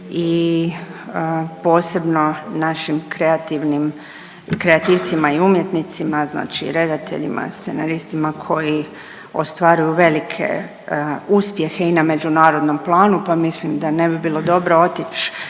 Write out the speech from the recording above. kreativnim, kreativcima i umjetnicima znači redateljima, scenaristima koji ostvaruju velike uspjehe i na međunarodnom planu, pa mislim da ne bi bilo dobro otići